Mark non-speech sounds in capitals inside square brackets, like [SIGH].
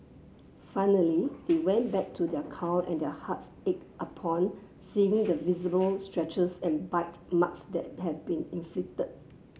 finally they went back to their car and their hearts ached upon seeing the visible [UNINTELLIGIBLE] and bite marks that had been inflicted